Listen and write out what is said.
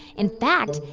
in fact,